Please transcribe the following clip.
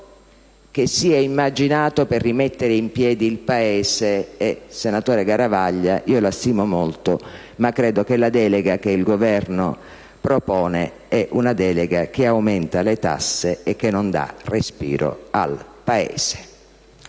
che sia immaginato per rimettere in piedi il Paese (e, senatore Garavaglia, io la stimo molto, ma credo che la delega che il Governo propone sia una delega che aumenta le tasse e che non dà respiro al Paese).